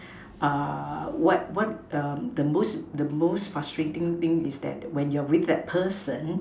uh what what um the most the most frustrating is that when you're with that person